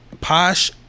Posh